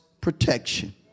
protection